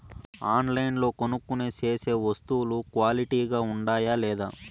ఆన్లైన్లో కొనుక్కొనే సేసే వస్తువులు క్వాలిటీ గా ఉండాయా లేదా?